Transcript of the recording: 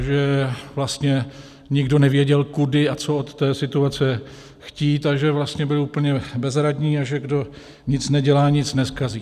Že vlastně nikdo nevěděl, kudy a co od té situace chtít, a že vlastně byli úplně bezradní a že kdo nic nedělá, nic nezkazí.